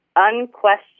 Unquestioned